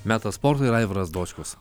metas sportui ir aivaras dočkus